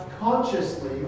consciously